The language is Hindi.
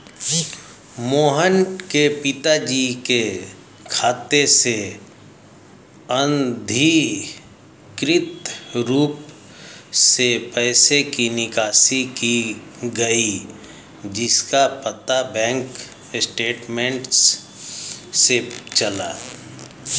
मोहन के पिताजी के खाते से अनधिकृत रूप से पैसे की निकासी की गई जिसका पता बैंक स्टेटमेंट्स से चला